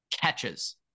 catches